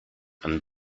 and